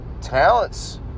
talents